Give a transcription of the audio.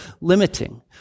limiting